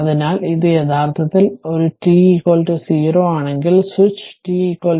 അതിനാൽ ഇത് യഥാർത്ഥത്തിൽ ഒരു t 0 ആണെങ്കിൽ സ്വിച്ച് t 0 0 പറയുക